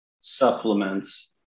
supplements